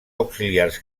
auxiliars